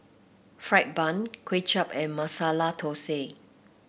fried bun Kway Chap and Masala Thosai